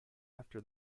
after